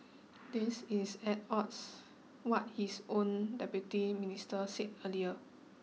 this is at odds what his own Deputy Minister said earlier